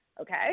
Okay